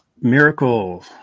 Miracle